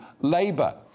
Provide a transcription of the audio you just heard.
Labour